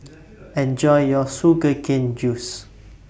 Enjoy your Sugar Cane Juice